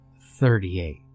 thirty-eight